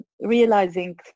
realizing